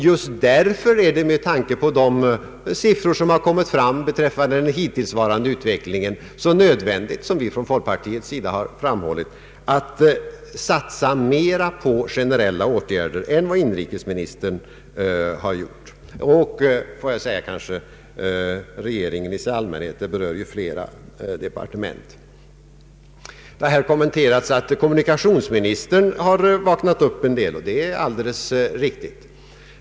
Just därför är det med tanke på de siffror som kommit fram beträffande den hittillsvarande utvecklingen nödvändigt, som vi från folkpartiets sida framhållit, att satsa mera på generella åtgärder än vad inrikesministern har föreslagit — och även regeringen i allmänhet; saken berör ju fiera departement. Det har här kommenterats att kommunikationsministern har vaknat upp, och det är alldeles riktigt.